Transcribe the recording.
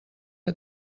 que